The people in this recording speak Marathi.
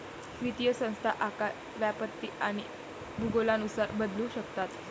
वित्तीय संस्था आकार, व्याप्ती आणि भूगोलानुसार बदलू शकतात